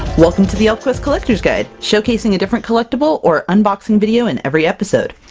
welcome to the elfquest collector's guide showcasing a different collectible or unboxing video in every episode.